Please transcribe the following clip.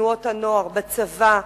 בתנועות הנוער, בצבא.